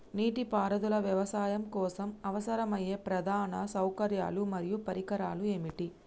నీటిపారుదల వ్యవసాయం కోసం అవసరమయ్యే ప్రధాన సౌకర్యాలు మరియు పరికరాలు ఏమిటి?